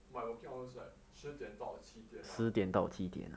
my working hours right 十点到七点 lah